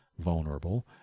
vulnerable